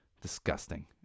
Disgusting